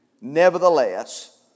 nevertheless